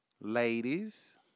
ladies